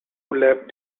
lap